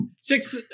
Six